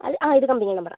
അത് ആ ഇത് കമ്പനി നമ്പറാ